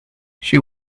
she